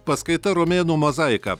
paskaita romėnų mozaika